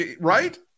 Right